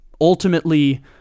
ultimately